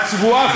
הצבועה,